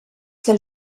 que